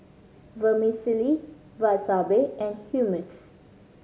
Vermicelli Wasabi and Hummus